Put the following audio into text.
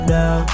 now